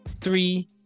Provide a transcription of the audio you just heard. three